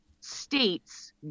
states